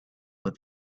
but